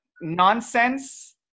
nonsense